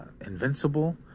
invincible